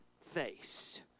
face